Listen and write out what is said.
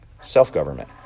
self-government